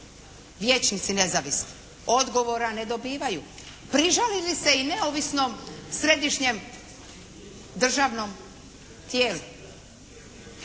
vijećnici nezavisni. Odgovora ne dobivaju. Prižalili se i neovisnom središnjem državnom tijelu.